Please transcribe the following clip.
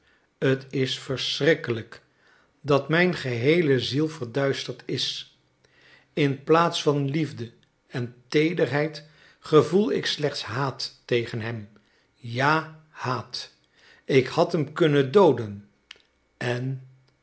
t is verschrikkelijk dat mijn geheele ziel verduisterd is in plaats van liefde en teederheid gevoel ik slechts haat tegen hem ja haat ik had hem kunnen dooden en